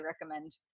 recommend